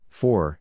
four